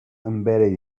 embedded